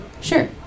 sure